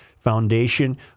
Foundation